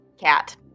cat